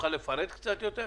תוכל לפרט יותר?